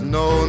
no